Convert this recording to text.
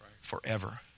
Forever